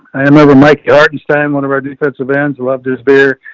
i remember mike art in san one of our defense, the bands loved this beer.